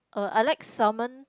uh I like salmon